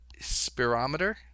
spirometer